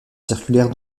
circulaire